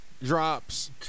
Drops